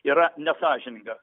yra nesąžininga